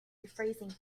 rephrasing